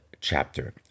chapter